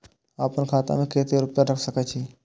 आपन खाता में केते रूपया रख सके छी?